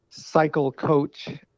cyclecoach